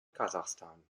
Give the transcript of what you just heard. kasachstan